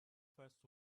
first